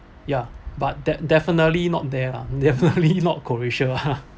ya but that definitely not there lah definitely not croatia ah